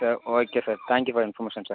sir okay sir thank you for the information sir